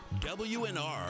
WNR